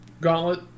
gauntlet